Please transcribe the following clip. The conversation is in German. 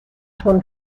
schon